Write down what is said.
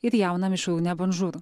ir jauną mišrūnę bonžur